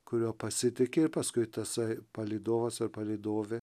kuriuo pasitiki ir paskui tasai palydovas ar palydovė